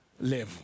level